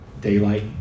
daylight